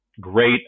great